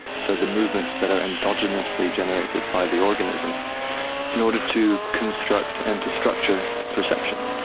so the movements that are endogenously generated by the organism in order to construct and to structure perception.